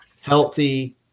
healthy